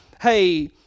hey